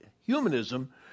humanism